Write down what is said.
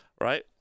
right